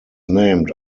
named